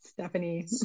stephanie